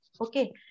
Okay